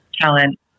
talent